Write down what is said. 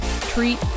treat